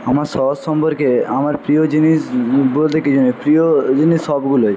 আমার শহর সম্পর্কে আমার প্রিয় জিনিস বলতে কিছু নেই প্রিয় জিনিস সবগুলোই